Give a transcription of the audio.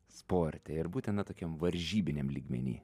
sporte ir būtent na tokiam varžybiniam lygmeny